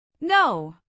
No